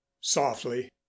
softly